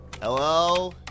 Hello